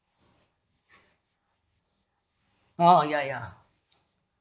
oh ya ya